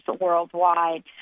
worldwide